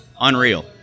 Unreal